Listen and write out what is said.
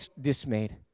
dismayed